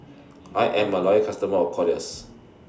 I Am A Loyal customer of Kordel's